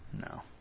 No